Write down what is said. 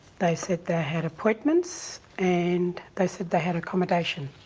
they said they had appointments, and they said they had accommodation.